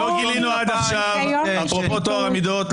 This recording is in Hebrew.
מעוד דברים --- אפרופו טוהר המידות,